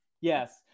Yes